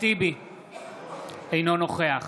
אינו נוכח